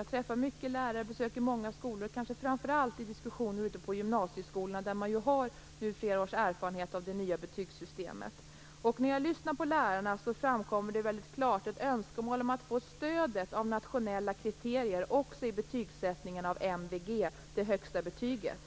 Jag träffar många lärare, jag besöker många skolor, framför allt gymnasieskolor där man har flera års erfarenhet av det nya betygsystemet. När jag lyssnar på lärare framkommer det väldigt klart ett önskemål om att få stödet av nationella kriterier också i betygsättningen av MVG, det högsta betyget.